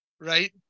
right